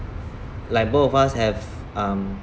like both of us have um